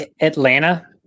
Atlanta